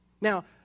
Now